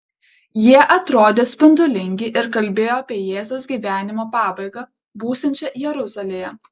jie atrodė spindulingi ir kalbėjo apie jėzaus gyvenimo pabaigą būsiančią jeruzalėje